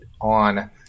on